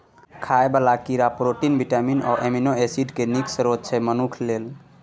खाइ बला कीड़ा प्रोटीन, बिटामिन आ एमिनो एसिड केँ नीक स्रोत छै मनुख लेल